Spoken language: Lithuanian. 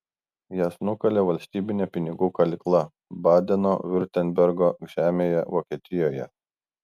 jas nukalė valstybinė pinigų kalykla badeno viurtembergo žemėje vokietijoje